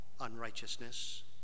unrighteousness